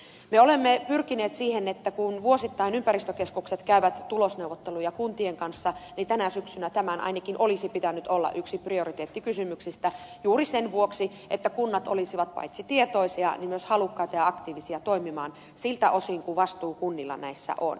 me olemme pyrkineet siihen että kun vuosittain ympäristökeskukset käyvät tulosneuvotteluja kuntien kanssa niin tänä syksynä tämän ainakin olisi pitänyt olla yksi prioriteettikysymyksistä juuri sen vuoksi että kunnat olisivat paitsi tietoisia myös halukkaita ja aktiivisia toimimaan siltä osin kuin vastuu kunnilla näissä on